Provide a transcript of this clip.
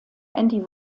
andy